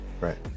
Right